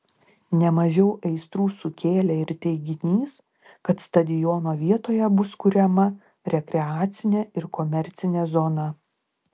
ne mažiau aistrų sukėlė ir teiginys kad stadiono vietoje bus kuriama rekreacinė ir komercinė zona